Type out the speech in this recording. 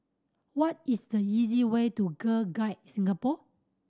what is the easy way to Girl Guides Singapore